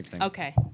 okay